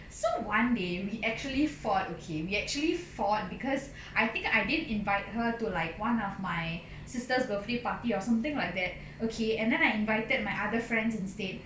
so one day we actually fought okay we actually fought because I think I didn't invite her to like one of my sister's birthday party or something like that okay and then I invited my other friends instead